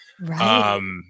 Right